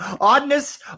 oddness